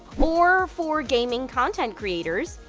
or, for gaming content creators,